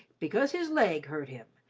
because his leg hurt him,